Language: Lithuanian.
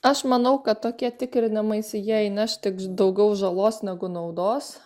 aš manau kad tokie tikrinimaisi jie įneš tik daugiau žalos negu naudos